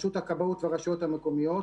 רשות הכבאות והרשויות המקומיות,